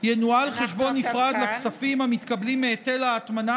ינוהל חשבון נפרד לכספים המתקבלים מהיטל ההטמנה